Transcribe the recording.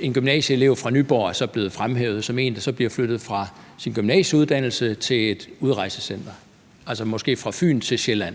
en gymnasieelev fra Nyborg blevet fremhævet som en, der bliver flyttet fra sin gymnasieuddannelse til et udrejsecenter, altså måske fra Fyn til Sjælland,